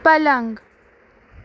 پلنٛگ